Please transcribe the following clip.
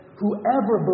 whoever